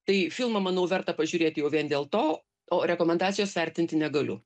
tai filmą manau verta pažiūrėti jau vien dėl to o rekomendacijos vertinti negaliu